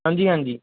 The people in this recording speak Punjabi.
ਹਾਂਜੀ ਹਾਂਜੀ